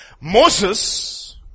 Moses